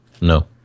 No